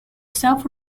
self